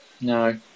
No